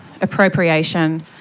appropriation